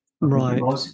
Right